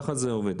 ככה זה עובד.